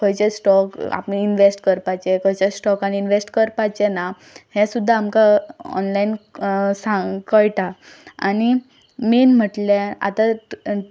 खंयचे स्टोक आपणें इनवॅस्ट करपाचें खंयच्या स्टोकान इनवॅस्ट करपाचें ना हें सुद्दां आमकां ऑनलायन सांग कळटा आनी मेन म्हटल्यार आतां